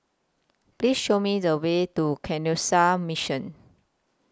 Please Show Me The Way to Canossian Mission